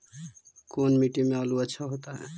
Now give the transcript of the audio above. कोन मट्टी में आलु अच्छा होतै?